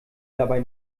dabei